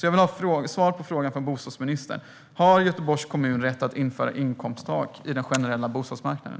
Jag vill ha svar från bostadsministern på frågan: Har Göteborgs kommun rätt att införa inkomsttak på den generella bostadsmarknaden?